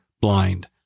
Blind